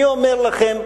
אני אומר לכם,